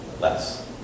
less